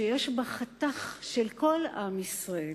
שיש בה חתך של כל עם ישראל.